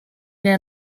der